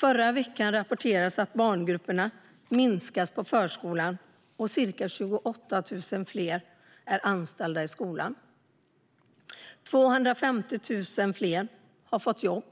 Förra veckan rapporterades att barngrupper minskar i storlek på förskolan, och ca 28 000 fler är anställda i skolan. 250 000 fler har fått jobb,